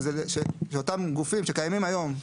שאותם גופים שקיימים היום,